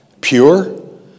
Pure